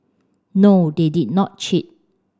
no they did not cheat